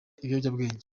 ibiyobyabwenge